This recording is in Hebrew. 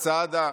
סעדה,